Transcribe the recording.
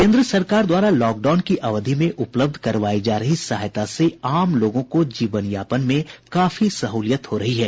केन्द्र सरकार द्वारा लॉकडाउन की अवधि में उपलब्ध करवायी जा रही सहायता से लोगों को जीवन यापन में काफी सहूलियत हो रही है